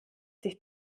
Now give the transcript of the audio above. sich